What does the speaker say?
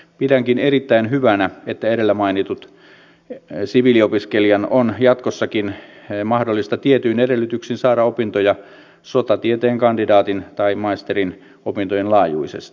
pidänkin erittäin hyvänä että edellä mainitun siviiliopiskelijan on jatkossakin mahdollista tietyin edellytyksin saada opintoja sotatieteiden kandidaatin tai maisterin opintojen laajuisesti